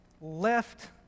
left